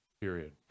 Period